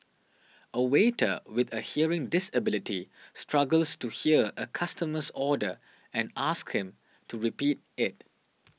a waiter with a hearing disability struggles to hear a customer's order and asks him to repeat it